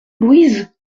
louise